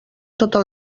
totes